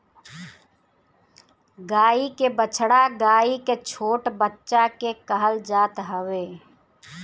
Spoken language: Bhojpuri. गाई के बछड़ा गाई के छोट बच्चा के कहल जात हवे